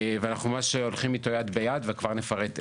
ואנחנו ממש הולכים איתו יד ביד, וכבר נפרט איך.